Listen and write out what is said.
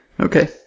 Okay